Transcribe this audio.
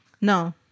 No